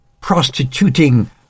prostituting